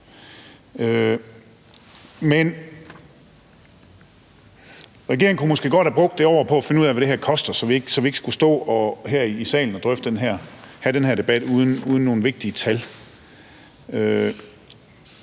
Men regeringen kunne måske godt have brugt det år på at finde ud af, hvad det her koster, så vi ikke skulle stå her i salen og have den her debat uden nogen vigtige tal.